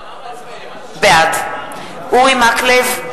בעד אורי מקלב,